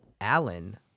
Allen